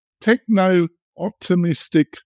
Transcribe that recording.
techno-optimistic